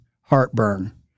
heartburn